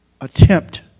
attempt